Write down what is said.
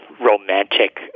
romantic